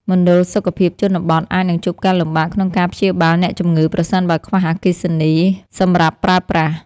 មណ្ឌលសុខភាពជនបទអាចនឹងជួបការលំបាកក្នុងការព្យាបាលអ្នកជំងឺប្រសិនបើខ្វះអគ្គិសនីសម្រាប់ប្រើប្រាស់។